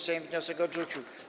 Sejm wniosek odrzucił.